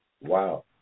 wow